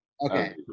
Okay